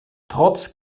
trotz